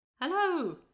Hello